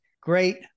great